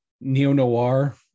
neo-noir